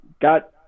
got